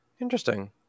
Interesting